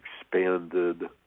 expanded